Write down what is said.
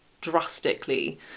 drastically